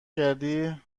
کردی